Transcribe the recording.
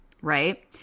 right